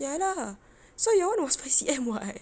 ya lah so your [one] was five C_M [what]